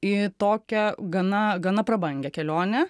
į tokią gana gana prabangią kelionę